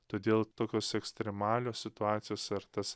todėl tokios ekstremalios situacijos ar tas